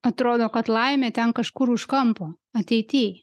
atrodo kad laimė ten kažkur už kampo ateity